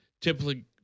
typically